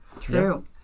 True